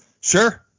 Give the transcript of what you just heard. Sure